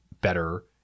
better